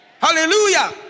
Hallelujah